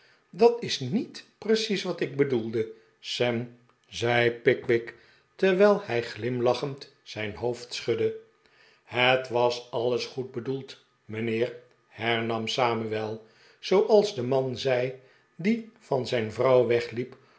dat is niet precies wat ik bedoelde sam zei pickwick terwijl hij glimlachend de pickwick club zijn hoofd schudde het was alles goed bedoeld mijnheer hernam samuel zooals de man zei die van zijn vrouw wegliep